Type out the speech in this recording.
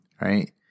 right